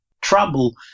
trouble